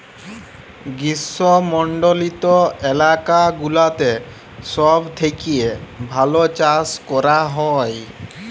গ্রীস্মমন্ডলিত এলাকা গুলাতে সব থেক্যে ভাল চাস ক্যরা হ্যয়